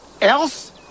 else